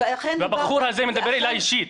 והבחור הזה מדבר אליי אישית.